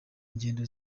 ngendo